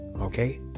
okay